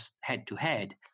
head-to-head